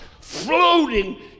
floating